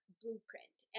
blueprint